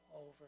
over